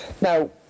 Now